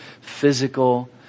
physical